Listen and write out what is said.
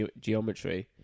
geometry